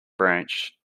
branch